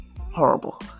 horrible